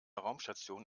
raumstation